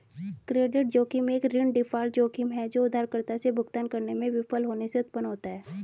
credit जोखिम एक ऋण डिफ़ॉल्ट जोखिम है जो उधारकर्ता से भुगतान करने में विफल होने से उत्पन्न होता है